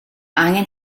angen